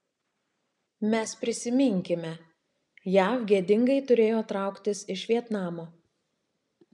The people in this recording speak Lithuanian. mes prisiminkime jav gėdingai turėjo trauktis iš vietnamo